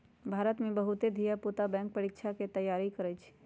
भारत में बहुते धिया पुता बैंक परीकछा के तैयारी करइ छइ